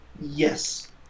Yes